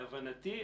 להבנתי,